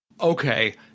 okay